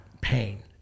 pain